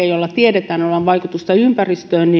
jolla tiedetään olevan vaikutusta ympäristöön